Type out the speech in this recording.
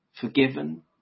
forgiven